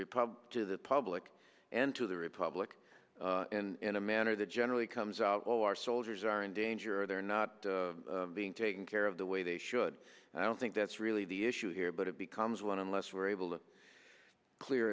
republic to the public and to the republic and in a manner that generally comes out of our soldiers are in danger or they're not being taken care of the way they should and i don't think that's really the issue here but it becomes one unless we're able to clear